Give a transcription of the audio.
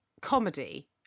comedy